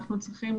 אנחנו צריכים